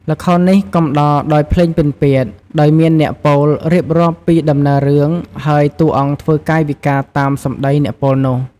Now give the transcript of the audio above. ល្ខោននេះកំដរដោយភ្លេងពិណពាទ្យ ដោយមានអ្នកពោលរៀបរាប់ពីដំណើររឿង ហើយតួអង្គធ្វើកាយវិការតាមសម្ដីអ្នកពោលនោះ។